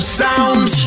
sound